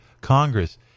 Congress